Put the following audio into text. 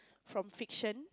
from fiction